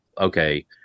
okay